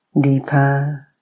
deeper